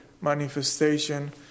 manifestation